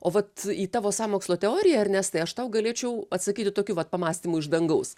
o vat į tavo sąmokslo teoriją ernestai aš tau galėčiau atsakyti tokiu vat pamąstymu iš dangaus